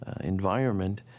environment